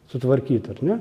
sutvarkyt ar ne